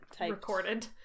recorded